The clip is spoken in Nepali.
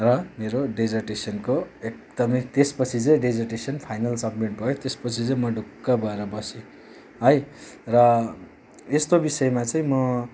र मेरो डेजर्टेसनको एकदमै त्यसपछि चाहिँ डेजर्टेसन फाइनल सब्मिट भयो त्यसपछि चाहिँ म ढुक्क भएर बसेँ है र यस्तो विषयमा चाहिँ म